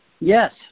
Yes